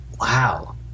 wow